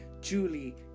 Julie